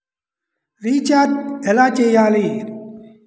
Recharge ఎలా చెయ్యాలి?